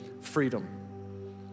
freedom